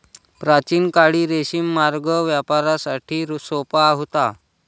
प्राचीन काळी रेशीम मार्ग व्यापारासाठी सोपा होता